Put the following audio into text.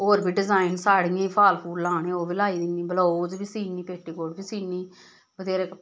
होर बी डिजाइन साडियें गी फाल फूल लाने होग लाई दिन्नी ब्लौज बी सीन्नी पेटीकोट बी सीन्नी बथ्हेरे कपड़े सीन्नी